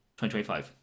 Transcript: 2025